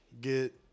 get